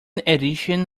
edition